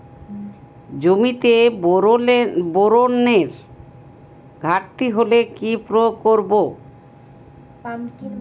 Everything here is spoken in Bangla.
জমিতে বোরনের ঘাটতি হলে কি প্রয়োগ করব?